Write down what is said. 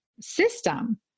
system